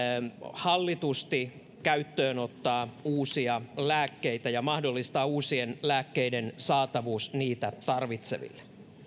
hallitusti käyttöönottaa uusia lääkkeitä ja mahdollistaa uusien lääkkeiden saatavuus niitä tarvitseville